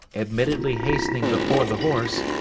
admittedly hastening before the horse,